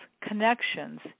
connections